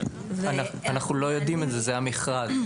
כן, אנחנו לא יודעים את זה, זה המכרז.